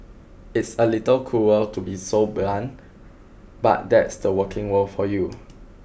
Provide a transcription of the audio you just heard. it's a little cruel to be so blunt but that's the working world for you